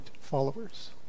followers